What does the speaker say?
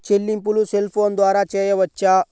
చెల్లింపులు cell phone ద్వారా చేయవచ్చా?